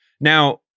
Now